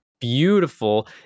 Beautiful